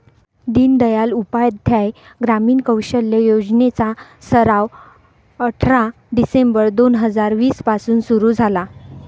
दीनदयाल उपाध्याय ग्रामीण कौशल्य योजने चा सराव अठरा डिसेंबर दोन हजार वीस पासून सुरू झाला